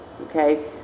Okay